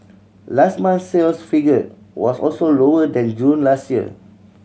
last month's sales figure was also lower than June last year